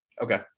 Okay